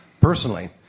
personally